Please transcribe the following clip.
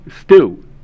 stew